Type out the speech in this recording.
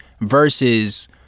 versus